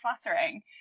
flattering